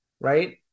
right